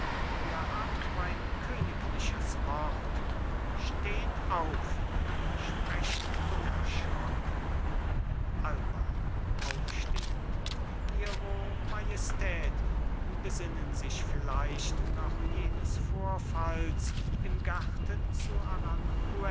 ihr habt mein königliches wort steht auf sprecht unerschrocken alba aufstehend ihre majestät besinnen sich vielleicht noch jenes vorfalls im garten zu